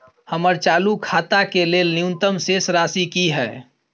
हमर चालू खाता के लेल न्यूनतम शेष राशि की हय?